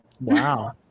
Wow